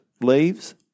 leaves